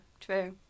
true